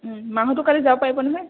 ওম মাহঁতো কালি যাব পাৰিব নহয়